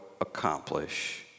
accomplish